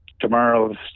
tomorrow's